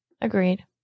Agreed